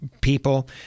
people